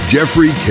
Jeffrey